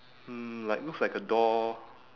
hmm like looks like a door